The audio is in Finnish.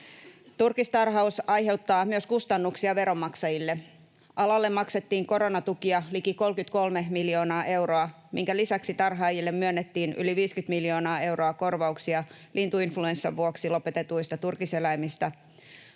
Turkistarhaus aiheuttaa myös kustannuksia veronmaksajille: Alalle maksettiin koronatukia liki 33 miljoonaa euroa, minkä lisäksi tarhaajille myönnettiin yli 50 miljoonaa euroa korvauksia lintuinfluenssan vuoksi lopetetuista turkiseläimistä,